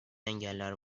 engeller